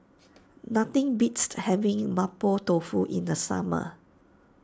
nothing beats to having Mapo Tofu in the summer